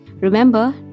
remember